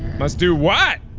must do what?